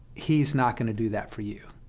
he is not going to do that for you.